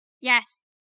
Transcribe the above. Yes